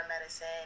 medicine